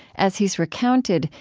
as he's recounted,